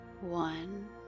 One